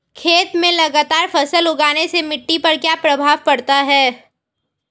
खेत में लगातार फसल उगाने से मिट्टी पर क्या प्रभाव पड़ता है?